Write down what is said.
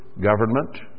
government